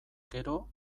gero